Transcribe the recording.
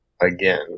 again